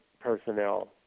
personnel